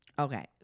Okay